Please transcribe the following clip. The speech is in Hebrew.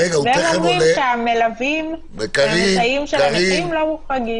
והם אומרים שהמלווים המסייעים של הנכים לא מוחרגים.